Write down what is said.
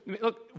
Look